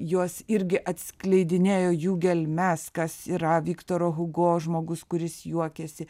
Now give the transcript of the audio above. juos irgi atskleidinėjo jų gelmes kas yra viktoro hugo žmogus kuris juokiasi